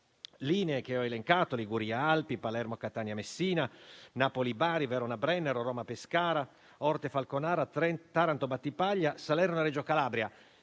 linee che ho elencato: Liguria-Alpi, Palermo- Catania-Messina, Napoli-Bari, Verona-Brennero, Roma-Pescara, Orte-Falconara, Taranto-Battipaglia e Salerno-Reggio Calabria.